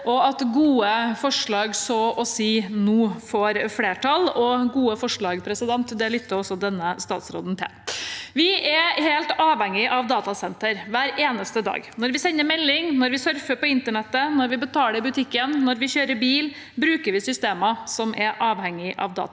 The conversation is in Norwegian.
og at gode forslag så å si nå får flertall. Gode forslag lytter også denne statsråden til. Vi er helt avhengig av datasentre hver eneste dag. Når vi sender melding, når vi surfer på internett, når vi betaler i butikken, og når vi kjører bil, bruker vi systemer som er avhengig av datasentre.